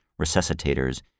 resuscitators